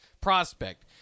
prospect